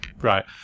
Right